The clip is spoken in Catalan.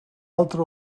altra